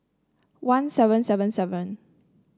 one seven seven seven